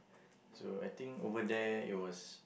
so I think over there it was